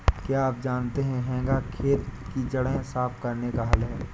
क्या आप जानते है हेंगा खेत की जड़ें साफ़ करने का हल है?